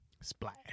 Splash